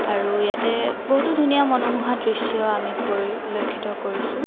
আৰু ইয়াতে বহুতো ধুনীয়া মনোমোহা দৃশ্য আমি পৰিলক্ষিত কৰিছোঁ